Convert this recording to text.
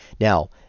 Now